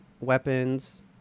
weapons